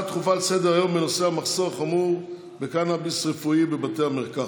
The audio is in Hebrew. נעבור להצעות לסדר-היום בנושא: המחסור החמור בקנביס רפואי בבתי המרקחת,